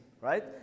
right